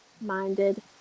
minded